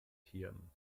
hirn